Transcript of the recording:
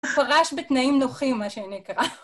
הוא פרש בתנאים נוחים, מה שנקרא.